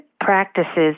practices